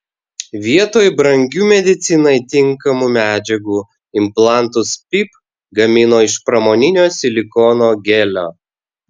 vietoj brangių medicinai tinkamų medžiagų implantus pip gamino iš pramoninio silikono gelio